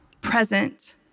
present